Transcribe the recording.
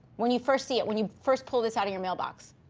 when you first see it, when you first pull this out of your mailbox.